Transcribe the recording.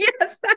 yes